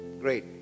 Great